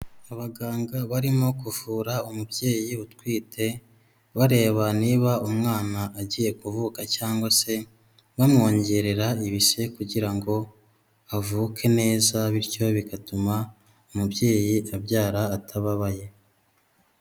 Abaganga barimo kuvura umubyeyi utwite bareba niba umwana agiye kuvuka cyangwa se bamwongerera ibise kugira ngo avuke neza bityo bigatuma umubyeyi abyara atababaye.